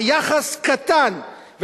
היחס קטן.